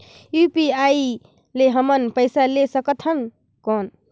UPI ले हमन पइसा ले सकथन कौन?